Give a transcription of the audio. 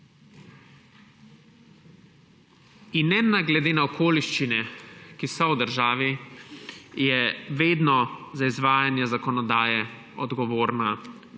Ne glede na okoliščine, ki so v državi, je vedno za izvajanje zakonodaje odgovorna